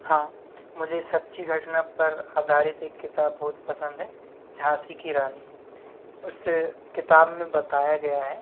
हाँ मुझे सच्ची घटना पर आधारित एक किताब बहुत पसंद है झांसी की रानी उस किताब में बताया गया है